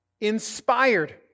inspired